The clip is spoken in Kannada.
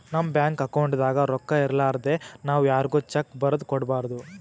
ನಮ್ ಬ್ಯಾಂಕ್ ಅಕೌಂಟ್ದಾಗ್ ರೊಕ್ಕಾ ಇರಲಾರ್ದೆ ನಾವ್ ಯಾರ್ಗು ಚೆಕ್ಕ್ ಬರದ್ ಕೊಡ್ಬಾರ್ದು